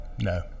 No